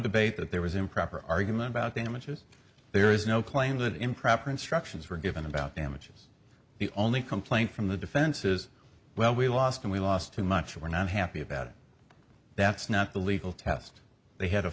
debate that there was improper argument about damages there is no claim that improper instructions were given about damages the only complaint from the defense is well we lost and we lost too much we're not happy about it that's not the legal test they had a